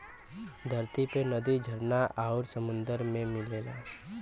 धरती पे नदी झरना आउर सुंदर में मिलला